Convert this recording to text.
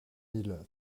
mille